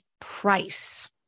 Price